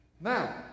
Now